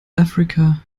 africa